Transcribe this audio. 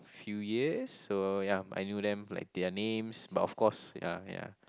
few years so ya I knew them like their names but of course ya ya